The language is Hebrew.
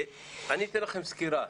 אני אתן סקירה.